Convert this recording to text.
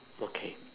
okay